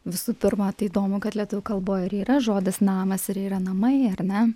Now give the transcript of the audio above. visų pirma tai įdomu kad lietuvių kalboj ir yra žodis namas ir yra namai ar ne